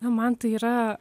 man tai yra